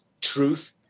Truth